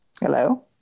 Hello